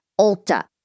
Ulta